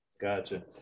Gotcha